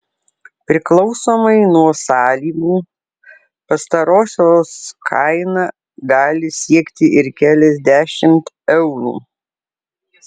priklausomai nuo sąlygų pastarosios kaina gali siekti ir keliasdešimt eurų